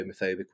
homophobic